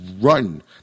run